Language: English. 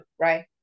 right